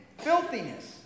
filthiness